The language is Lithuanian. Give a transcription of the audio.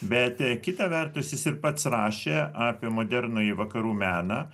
bet kita vertus jis ir pats rašė apie modernųjį vakarų meną